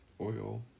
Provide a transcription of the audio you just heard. oil